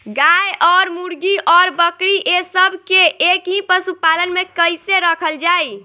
गाय और मुर्गी और बकरी ये सब के एक ही पशुपालन में कइसे रखल जाई?